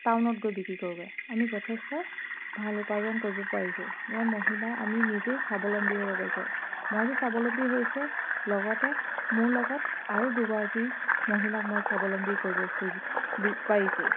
টাউনত গৈ বিক্ৰী কৰোঁগে আমি যথেষ্ট ভাল উপাৰ্জন কৰিব পাৰিছোঁ যেনে আমি মহিলা নিজে স্বাৱলম্বী হ'ব পাৰিছোঁ মইটো স্বাৱলম্বী হৈছোৱে লগতে মোৰ লগত আৰু দুগৰাকী মহিলাক স্বাৱলম্বী কৰিব খুজিছোঁ পাৰিছোঁ